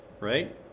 right